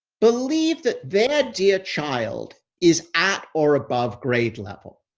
believe that their dear child is at or above grade level.